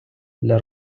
для